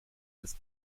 das